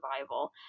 survival